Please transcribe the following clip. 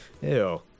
Ew